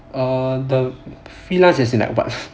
err freelance as in like what